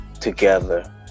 together